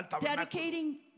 dedicating